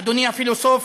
אדוני הפילוסוף